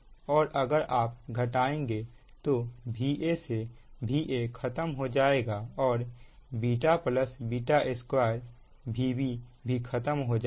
और अगर आप घटाएंगे तो Va से Va खत्म हो जाएगा और β β2 Vb भी खत्म हो जाएगा